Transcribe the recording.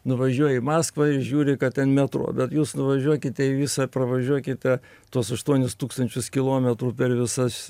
nuvažiuoji į maskvą žiūri kad ten metro bet jūs nuvažiuokite į visą pravažiuokite tuos aštuonis tūkstančius kilometrų per visas